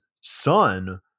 son